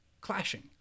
clashing